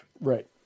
Right